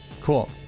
Cool